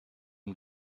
and